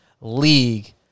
League